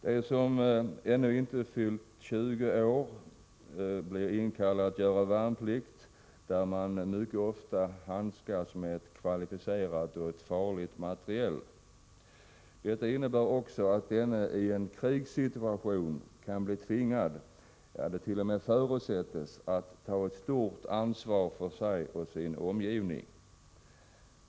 De som ännu inte fyllt 20 år och är män blir också inkallade att göra värnplikt, där man ofta handskas med mycket farligt materiel. Detta innebär också att man i en krigssituation kan bli tvingad, ja det förutsätts, att ta ett stort ansvar för sig och sin omgivning.